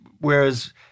whereas